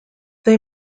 they